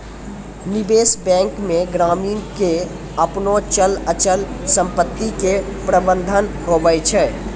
निबेश बेंक मे ग्रामीण के आपनो चल अचल समपत्ती के प्रबंधन हुवै छै